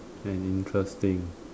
and interesting